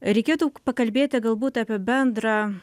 reikėtų pakalbėti galbūt apie bendrą